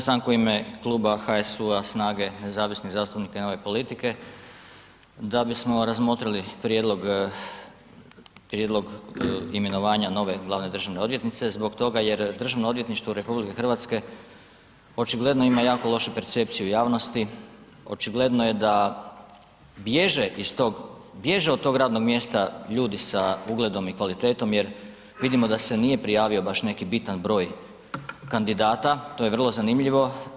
Tražim stanku u ime Kluba HSU-a, SNAGA-e, nezavisnih zastupnika i Nove politike da bismo razmotrili prijedlog imenovanja nove glavne državne odvjetnice zbog toga jer DORH očigledno ima jako lošu percepciju javnosti, očigledno je da bježe iz tog, bježe od tog radnog mjesta ljudi sa ugledom i kvalitetom jer vidimo da se nije prijavio baš neki bitan broj kandidata, to je vrlo zanimljivo.